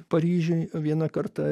paryžiuj vieną kartą